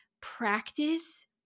practice